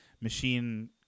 machine